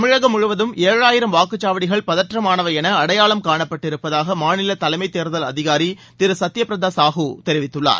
தமிழகம் முழுவதும் ஏழாயிரம் வாக்குச்சாவடிகள் பதற்றமானவை என அடையாளம் காணப்பட்டிருப்பதாக மாநில தலைமைத் தேர்தல் அதிகாரி திரு சத்ய பிரத சாஹூ தெரிவித்துள்ளார்